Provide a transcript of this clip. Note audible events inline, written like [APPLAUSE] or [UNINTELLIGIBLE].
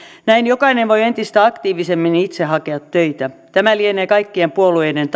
näin jokainen voi entistä aktiivisemmin itse hakea töitä tämä lienee kaikkien puolueiden [UNINTELLIGIBLE]